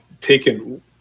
taken